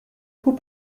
coup